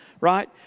right